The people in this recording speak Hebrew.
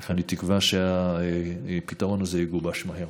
אני תקווה שהפתרון הזה יגובש מהר.